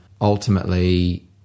ultimately